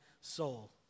soul